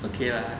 okay lah